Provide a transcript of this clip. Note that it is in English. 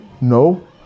No